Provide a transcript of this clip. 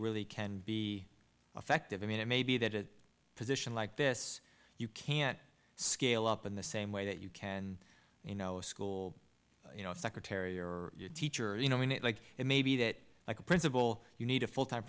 really can be effective i mean it may be that position like this you can't scale up in the same way that you can you know a school you know secretary or teacher you know when it like it may be that like a principal you need a full time